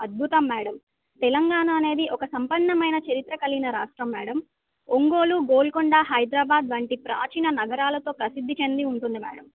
అద్భుతం మేడం తెలంగాణ అనేది ఒక సంపన్నమైన చరిత్రకలిగిన రాష్ట్రం మేడం ఒంగోలు గోల్కొండ హైదరాబాద్ వంటి ప్రాచీన నగరాలతో ప్రసిద్ధి చెంది ఉంటుంది మేడం